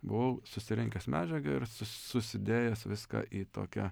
buvau susirinkęs medžiagą ir su susidėjęs viską į tokią